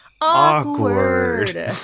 awkward